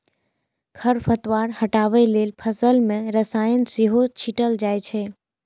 खरपतवार हटबै लेल फसल मे रसायन सेहो छीटल जाए छै